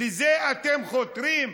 לזה אתם חותרים?